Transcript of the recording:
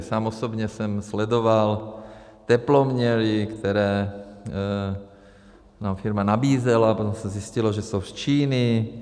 Sám osobně jsem sledoval teploměry, které nám firma nabízela, potom se zjistilo, že jsou z Číny.